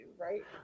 right